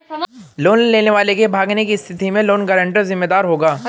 loan लेने वाले के भागने की स्थिति में लोन गारंटर जिम्मेदार होगा